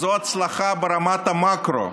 זאת הצלחה ברמת המקרו,